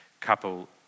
couple